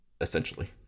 essentially